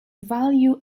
value